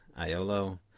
Iolo